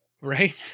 Right